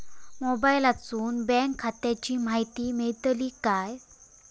मोबाईलातसून बँक खात्याची माहिती मेळतली काय?